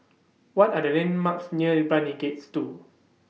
What Are The landmarks near Brani Gates two